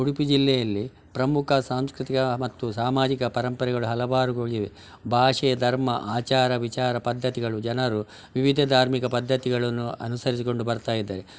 ಉಡುಪಿ ಜಿಲ್ಲೆಯಲ್ಲಿ ಪ್ರಮುಖ ಸಾಂಸ್ಕೃತಿಕ ಮತ್ತು ಸಾಮಾಜಿಕ ಪರಂಪರೆಗಳು ಹಲವಾರುಗಳಿವೆ ಭಾಷೆ ಧರ್ಮ ಆಚಾರ ವಿಚಾರ ಪದ್ದತಿಗಳು ಜನರು ವಿವಿಧ ಧಾರ್ಮಿಕ ಪದ್ದತಿಗಳನ್ನು ಅನುಸರಿಸಿಕೊಂಡು ಬರ್ತಾ ಇದ್ದಾರೆ